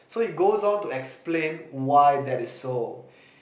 so it goes on to explain why that is so